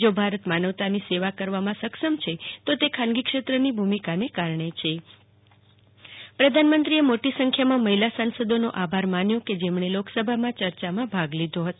જો ભારત માનવતાની સેવા કરવામાં સક્ષમ છે તો તે ખાનગી ક્ષેત્રની ભૂ મિકાને કારણે છે શ્રી મોદીએ મોટી સંખ્યામાં મહિલા સાંસદોનો આભાર માન્યો જેમણે લોકસભામાં ચર્ચામાં ભાગ લીધો હતો